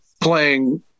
playing